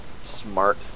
smart